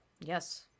Yes